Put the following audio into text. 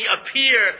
appear